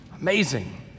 Amazing